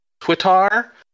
Twitter